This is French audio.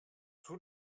tout